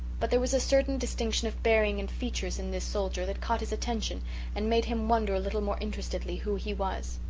but there was a certain distinction of bearing and features in this soldier that caught his attention and made him wonder a little more interestedly who he was.